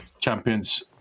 champions